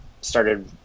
started